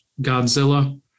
Godzilla